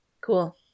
cool